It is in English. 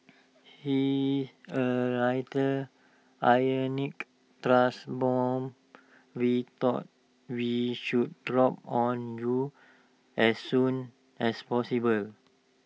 he A rather ironic truth bomb we thought we should drop on you as soon as possible